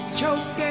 choking